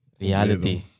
Reality